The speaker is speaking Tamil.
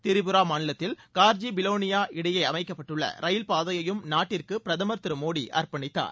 திரிபுரா மாநிலத்தில் கார்ஜி பிலோனியா இடையே அமைக்கப்பட்டுள்ள ரயில் பாதையையும் நாட்டிற்கு பிரதமர் திரு மோடி அர்ப்பணித்தார்